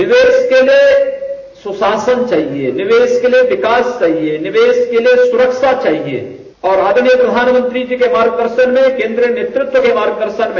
निवेश के लिए सुशासन चाहिए निवेश के लिए विकास चाहिए निवेश के लिए सुरक्षा चाहिए और आदरणीय प्रधानमंत्री जी के मार्ग दर्शन में केन्द्रीय नेतृत्व के मार्ग दर्शन है